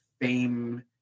fame